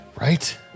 Right